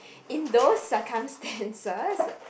in those circumstances